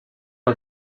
but